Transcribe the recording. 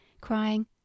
crying